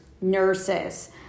nurses